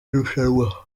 rushanwa